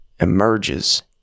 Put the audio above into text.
emerges